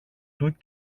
του